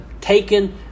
taken